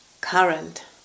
current